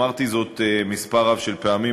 אמרתי זאת מספר רב של פעמים,